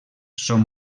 són